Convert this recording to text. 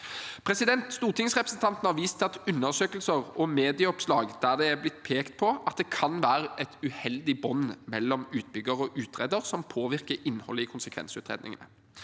Stortingsrepresentantene har vist til undersøkelser og medieoppslag der det er blitt pekt på at det kan være et uheldig bånd mellom utbygger og utreder som påvirker innholdet i konsekvensutredningene.